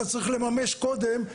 אתה צריך לממש קודם,